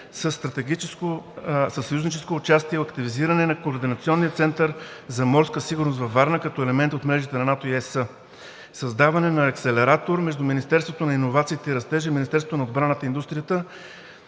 със съюзническо участие; оптимизиране на Координационния център за морска сигурност във Варна като елемент от мрежите на НАТО и ЕС; създаване на акселератор между Министерството на иновациите и растежа и Министерството на отбраната и индустрията,